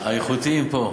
האיכותיים פה.